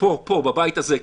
פה בבית הזה.